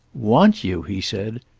want you! he said.